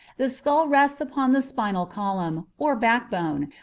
the skull rests upon the spinal column, or backbone,